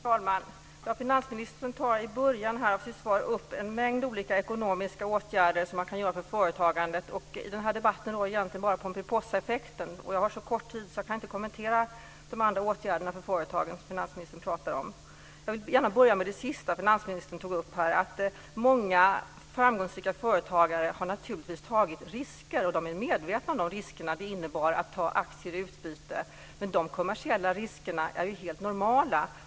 Herr talman! Finansministern tar i början av sitt inlägg upp en mängd olika ekonomiska åtgärder som man kan vidta för företagandet. Den här debatten gällde egentligen bara pomperipossaeffekten, och jag har så kort tid på mig att jag inte kan kommentera de andra åtgärder för företagen som finansministern pratar om. Jag vill gärna börja med det sista som finansministern tog upp. Många framgångsrika företagare har naturligtvis tagit risker och är medvetna om de risker det innebar att ta aktier i utbyte. Men de kommersiella riskerna är ju helt normala.